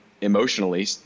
emotionally